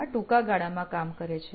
આ ટૂંકા ગાળામાં કામ કરે છે